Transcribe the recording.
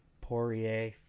Poirier